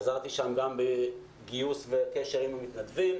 עזרתי שם גם בגיוס ובקשר עם המתנדבים,